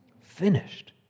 finished